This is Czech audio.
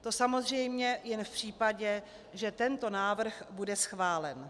To samozřejmě jen v případě, že tento návrh bude schválen.